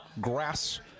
grass